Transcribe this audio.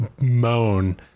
moan